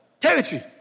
territory